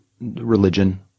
religion